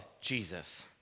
Jesus